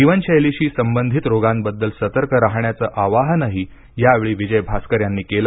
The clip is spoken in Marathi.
जीवनशैलीशी संबंधित रोगांबद्दल सतर्क राहण्याचं आवाहनही यावेळी विजयभास्कर यांनी केलं